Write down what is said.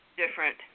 different